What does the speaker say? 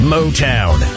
Motown